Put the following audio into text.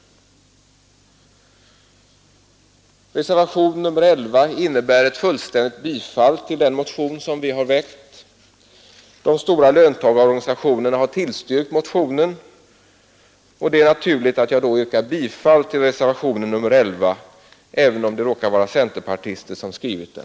Reservationen 11 innebär ett fullständigt bifall till den motion som vi har väckt. De stora löntagarorganisationerna har tillstyrkt motionen. Det är naturligt att jag då yrkar bifall till reservationen 11, även om det råkar Vara centerpartister som har skrivit den.